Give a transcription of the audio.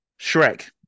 Shrek